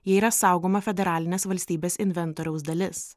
jie yra saugoma federalinės valstybės inventoriaus dalis